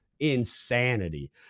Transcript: insanity